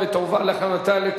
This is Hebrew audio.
התשע"ב 2012,